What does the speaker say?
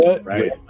Right